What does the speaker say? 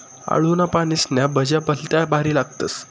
आळूना पानेस्न्या भज्या भलत्या भारी लागतीस